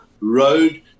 road